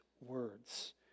words